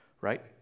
right